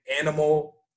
Animal